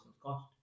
cost